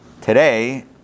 today